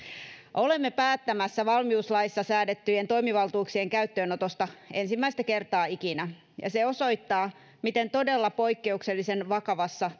olemme päättämässä valmiuslaissa säädettyjen toimivaltuuksien käyttöönotosta ensimmäistä kertaa ikinä ja se osoittaa miten todella poikkeuksellisen vakavassa